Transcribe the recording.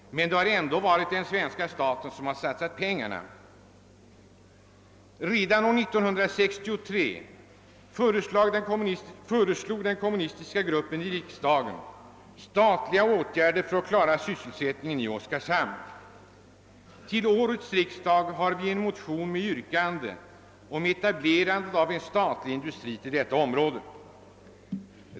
Men det har ändå varit staten som satsat pengarna. Redan 1963 föreslog den kommunistiska gruppen i riksdagen statliga åtgärder för att klara sysselsättningen i Oskarshamn. Till årets riksdag har vi väckt en motion med yrkande om etablerande av en statlig industri i området.